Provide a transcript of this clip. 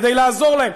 כדי לעזור להם,